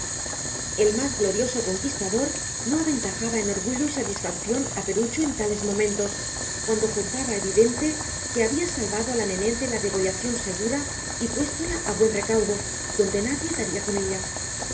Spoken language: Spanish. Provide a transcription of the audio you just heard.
el más glorioso conquistador no aventajaba en orgullo y satisfacción a perucho en tales momentos cuando juzgaba evidente que había salvado a la nené de la degollación segura y puéstola a buen recaudo donde nadie daría con ella